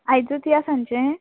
आयजूच या सांचे